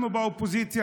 אנחנו באופוזיציה,